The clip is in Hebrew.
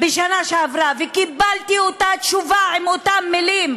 בשנה שעברה וקיבלתי את אותה תשובה עם אותן מילים.